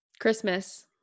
Christmas